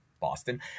Boston